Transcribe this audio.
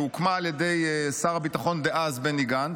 שהוקמה על ידי שר הביטחון דאז בני גנץ.